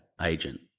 agent